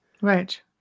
Right